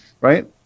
right